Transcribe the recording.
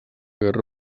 guerra